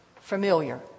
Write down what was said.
familiar